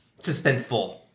suspenseful